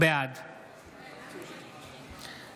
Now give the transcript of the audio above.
בעד